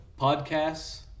Podcasts